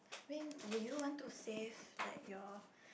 I mean would you want to save like your